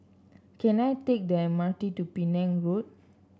can I take the M R T to Penang Road